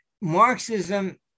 Marxism